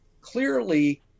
clearly